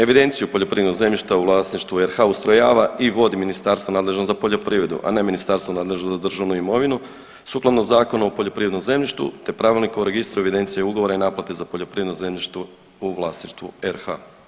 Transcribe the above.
Evidenciju poljoprivrednog zemljišta u vlasništvu RH ustrojava i vodi ministarstvo nadležno za poljoprivredu, a ne ministarstvo nadležno za državnu imovinu, sukladno Zakonu o poljoprivrednom zemljištu te Pravilniku o registru evidencije ugovora i naplate za poljoprivrednom zemljištu u vlasništvu RH.